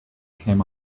came